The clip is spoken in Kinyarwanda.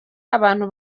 abantu